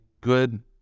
good